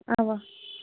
اَوا